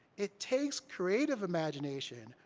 it takes creative imagination,